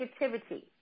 negativity